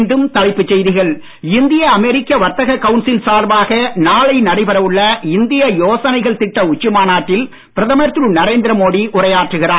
மீண்டும் தலைப்புச் செய்திகள் இந்திய அமெரிக்க வர்த்தக கவுன்சில் சார்பாக நாளை நடைபெற உள்ள இந்திய யோசனைகள் திட்ட உச்சி மாநாட்டில் பிரதமர் திரு நரேந்திரமோடி உரையாற்றுகிறார்